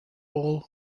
all